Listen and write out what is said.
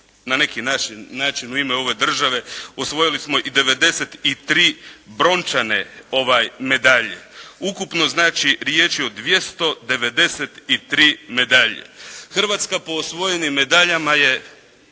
na neki način u ime ove države osvojili smo i 93 brončane medalje. Ukupno znači, riječ je o 293 medalje. Hrvatska po osvojenim medaljama pa